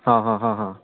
आं हां आं हां